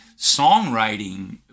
Songwriting